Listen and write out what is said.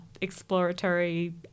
exploratory